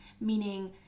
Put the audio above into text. meaning